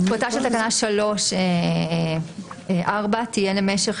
אז "תחולתה של תקנה 3(4) תהיה למשך